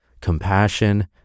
compassion